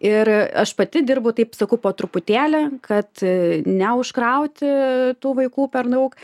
ir aš pati dirbu taip sakau po truputėlį kad neužkrauti tų vaikų per daug